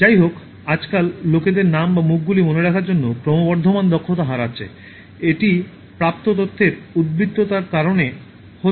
যাইহোক আজকাল লোকেরা নাম বা মুখগুলি মনে রাখার জন্য ক্রমবর্ধমান দক্ষতা হারাচ্ছে এটি প্রাপ্ত তথ্যের উদ্বৃত্ততার কারণে হতে পারে